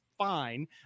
Fine